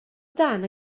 dan